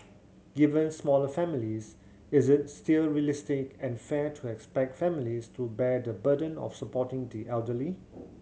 given smaller families is still realistic and fair to expect families to bear the burden of supporting the elderly